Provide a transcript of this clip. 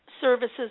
services